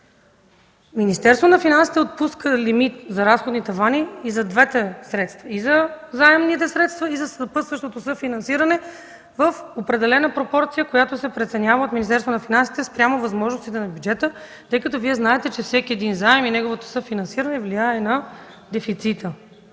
Министерството на финансите отпуска лимит за разходи и тавани и за двата вида средства – и за заемните средства, и за съпътстващото съфинансиране в определена пропорция, която се преценява от Министерството на финансите спрямо възможностите на бюджета, тъй като знаете, че всеки един заем и неговото съфинансиране влияе на дефицита.